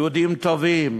יהודים טובים,